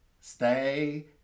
stay